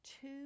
two